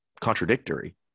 contradictory